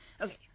Okay